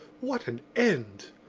what an end!